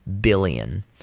billion